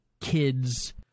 kids